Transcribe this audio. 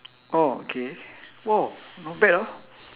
oh okay !whoa! not bad ah